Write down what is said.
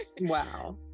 Wow